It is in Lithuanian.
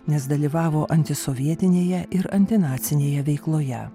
nes dalyvavo antisovietinėje ir antinacinėje veikloje